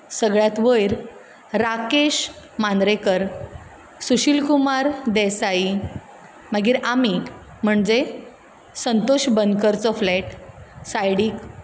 सगळ्यांत वयर राकेश मांद्रेकर सुशील कुमार देसाय मागीर आमी म्हणजें संतोश बनकरचो फ्लॅट सायडीक